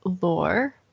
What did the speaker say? Lore